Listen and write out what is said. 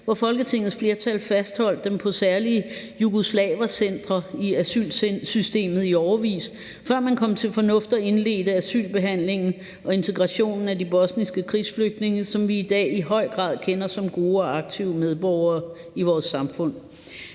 hvor Folketingets flertal fastholdt dem på særlige jugoslavercentre i asylsystemet i årevis, før man kom til fornuft og indledte asylbehandlingen og integrationen af de bosniske krigsflygtninge, som vi i dag i høj grad kender som gode og aktive medborgere i vores samfund.